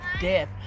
death